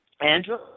Andrew